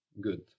Good